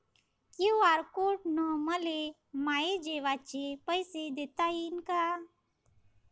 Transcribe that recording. QR code न मले माये जेवाचे पैसे देता येईन का?